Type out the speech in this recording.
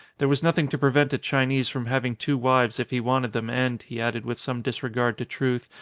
there was nothing to prevent a chi nese from having two wives if he wanted them and, he added with some disregard to truth,